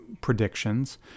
predictions